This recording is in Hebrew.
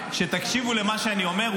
פרגנתי, גם כשאני מפרגן את לא מרוצה.